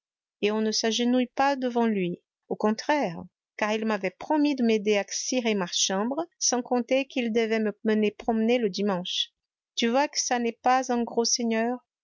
et on ne s'agenouille pas devant lui au contraire car il m'avait promis de m'aider à cirer ma chambre sans compter qu'il devait me mener promener le dimanche tu vois que ça n'est pas un gros seigneur